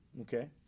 Okay